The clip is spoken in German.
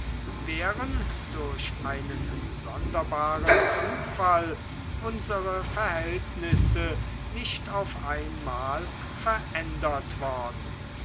wären durch einen sonderbaren zufall unsere verhältnisse nicht auf einmal verändert worden